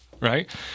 right